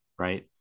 right